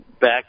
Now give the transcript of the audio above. back